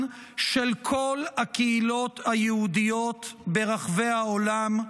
של כל הקהילות היהודיות ברחבי העולם,